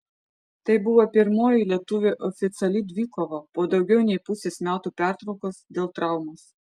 tai buvo pirmoji lietuvio oficiali dvikova po daugiau nei pusės metų pertraukos dėl traumos